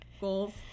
goals